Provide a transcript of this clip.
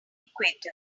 equator